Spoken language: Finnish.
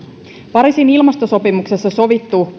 pariisin ilmastosopimuksessa sovittu